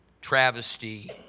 Travesty